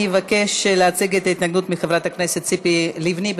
אני אבקש מחברת הכנסת ציפי לבני לייצג את ההתנגדות.